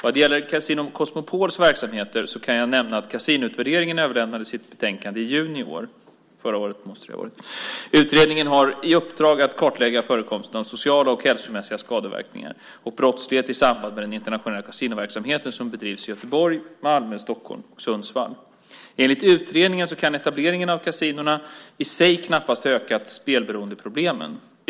Vad gäller Casino Cosmopols verksamheter så kan jag nämna att Kasinoutvärderingen överlämnade sitt betänkande i juni förra året. Utredningen hade i uppdrag att kartlägga förekomsten av sociala eller hälsomässiga skadeverkningar och brottslighet i samband med den internationella kasinoverksamhet som bedrivs i Göteborg, Malmö, Stockholm och Sundsvall. Enligt utredningen så kan etableringen av kasinona i sig knappast ha ökat spelberoendeproblemen.